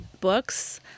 books